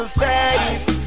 face